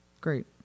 Great